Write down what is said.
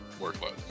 workload